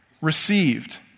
received